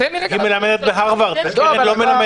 תן לי רגע ----- הקרן לא מלמדת.